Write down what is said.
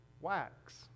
wax